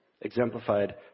exemplified